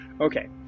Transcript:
okay